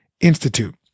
institute